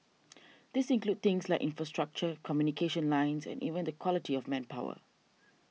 these include things like infrastructure communication lines and even the quality of manpower